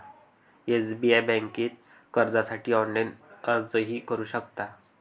SBI बँकेत कर्जासाठी online अर्जही करू शकता